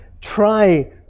try